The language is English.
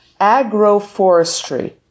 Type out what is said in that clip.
Agroforestry